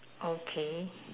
okay